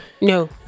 no